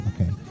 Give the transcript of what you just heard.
okay